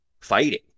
fighting